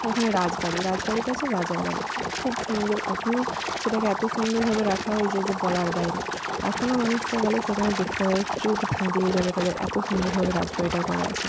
ওখানে রাজবাড়ি রাজবাড়িটা হচ্ছে রাজার বাড়ি খুব সুন্দর এখনো সেটাকে এতো সুন্দরভাবে রাখা হয়েছে যে বলার বাইরে এখনো মানুষরা গেলে সেখানে দেখতে পাবে চোখ ধাঁধিয়ে যাবে তাদের এতো সুন্দরভাবে রাজবাড়িটা করা আছে